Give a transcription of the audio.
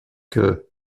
que